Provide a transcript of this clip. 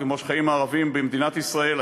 כמו שחיים הערבים במדינת ישראל,